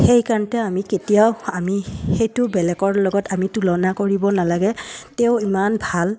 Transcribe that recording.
সেইকাৰণে আমি কেতিয়াও আমি সেইটো বেলেগৰ লগত আমি তুলনা কৰিব নালাগে তেওঁ ইমান ভাল